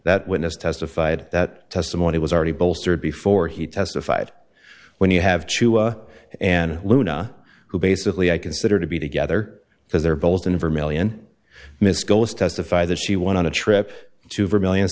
that witness testified that testimony was already bolstered before he testified when you have two and luna who basically i consider to be together because they're both in vermillion miss goes testify that she went on a trip to vermillion